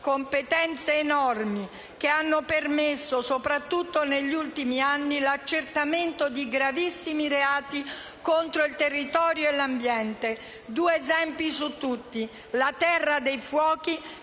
competenze enormi che hanno permesso, soprattutto negli ultimi anni, l'accertamento di gravissimi reati contro il territorio e l'ambiente. Due esempi valgono su tutti: la terra dei fuochi